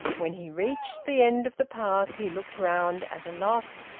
when he reached the end of the path, he looked round, at a loss,